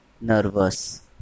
Nervous